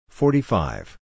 forty-five